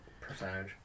percentage